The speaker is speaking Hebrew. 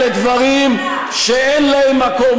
אלה דברים שאין להם מקום,